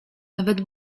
nawet